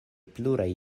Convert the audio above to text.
pluraj